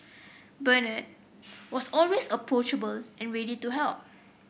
Bernard was always approachable and ready to help